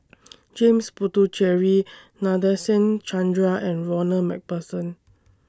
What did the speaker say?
James Puthucheary Nadasen Chandra and Ronald MacPherson